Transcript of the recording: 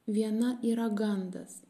viena yra gandas